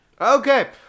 Okay